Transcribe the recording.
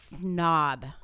snob